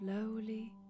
slowly